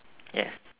yes